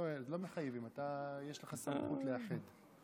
לא מחייבים, יש לך סמכות לאחד.